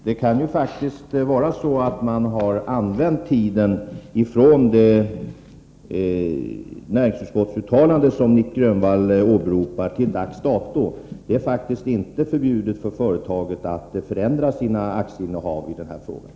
Herr talman! Det kan faktiskt vara så att man har använt tiden från det att näringsutskottets uttalande, som Nic Grönvall åberopar, gjordes och till dags dato. Det är inte förbjudet för företaget att förändra sina aktieinnehav i detta fall.